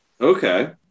Okay